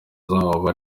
zawo